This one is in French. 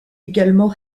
également